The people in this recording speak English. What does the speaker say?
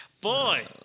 Boy